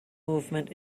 movement